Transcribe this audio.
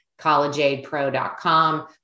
collegeaidpro.com